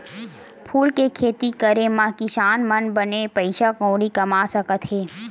फूल के खेती करे मा किसान मन बने पइसा कउड़ी कमा सकत हे